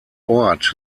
ort